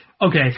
Okay